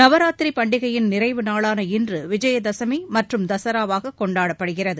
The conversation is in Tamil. நவராத்திரி பண்டிகையின் நிறைவு நாளான இன்று விஜய தசமி மற்றும் தஸராவாக கொண்டாடப்படுகிறது